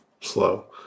slow